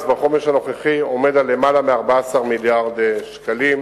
בחומש הנוכחי עומד על למעלה מ-14 מיליארד שקלים.